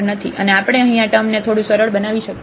આપણે અહીં આ ટૅમને થોડું સરળ બનાવી શકીએ છીએ